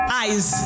eyes